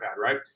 right